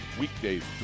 weekdays